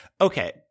okay